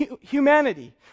humanity